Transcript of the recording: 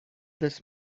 this